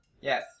Yes